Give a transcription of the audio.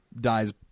dies